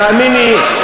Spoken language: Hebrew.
תאמין לי,